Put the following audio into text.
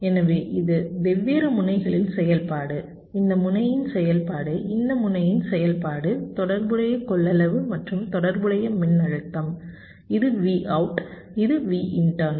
எனவே இது வெவ்வேறு முனைகளின் செயல்பாடு இந்த முனையின் செயல்பாடு இந்த முனையின் செயல்பாடு தொடர்புடைய கொள்ளளவு மற்றும் தொடர்புடைய மின்னழுத்தம் இது Vout இது Vinternal